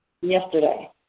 Yesterday